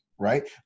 right